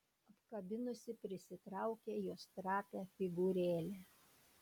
apkabinusi prisitraukė jos trapią figūrėlę